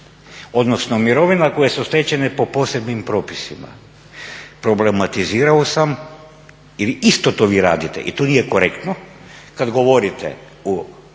odnosno mirovina koje su stečene po posebnim propisima problematizirao sam jer isto to vi radite i to nije korektno kad govorite o